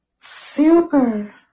Super